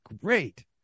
great